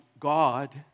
God